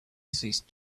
ceased